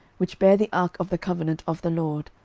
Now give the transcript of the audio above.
which bare the ark of the covenant of the lord,